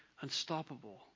unstoppable